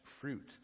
fruit